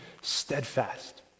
steadfast